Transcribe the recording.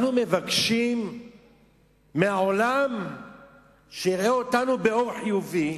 אנחנו מבקשים מהעולם שיראה אותנו באור חיובי,